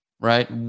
right